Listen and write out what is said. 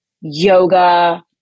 yoga